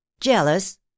Jealous